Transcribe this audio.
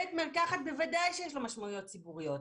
בית מרקחת בוודאי שיש לו השפעות ציבוריות,